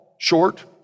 Short